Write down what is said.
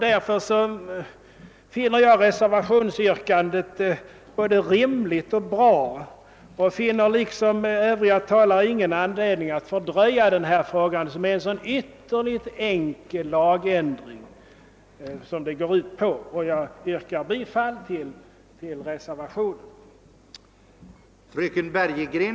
Därför finner jag reservationsyrkandet både rimligt och bra och ser liksom övriga talare ingen anledning att fördröja denna fråga, som innebär en så ytterligt enkel lagändring. Herr talman! Jag yrkar bifall till reservationen.